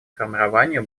формированию